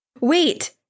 Wait